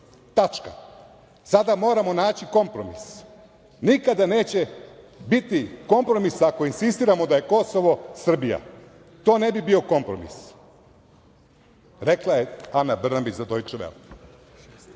tačka, sada moramo naći kompromis, nikada neće biti kompromisa ako insistiramo da je Kosovo Srbija, to ne bi bio kompromis. Rekla je Ana Brnabić za „Dojče vele“.